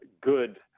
good